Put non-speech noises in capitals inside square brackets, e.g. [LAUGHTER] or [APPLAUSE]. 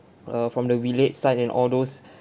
err from the village side and all those [BREATH]